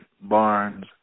Barnes